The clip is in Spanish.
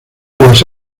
los